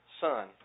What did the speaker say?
son